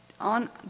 on